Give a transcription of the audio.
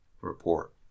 report